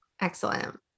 excellent